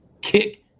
kick